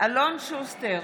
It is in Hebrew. אלון שוסטר,